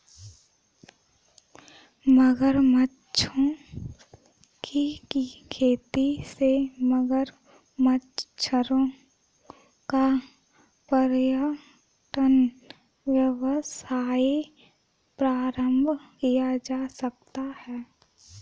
मगरमच्छों की खेती से मगरमच्छों का पर्यटन व्यवसाय प्रारंभ किया जा सकता है